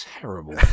terrible